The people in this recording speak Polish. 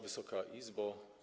Wysoka Izbo!